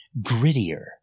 grittier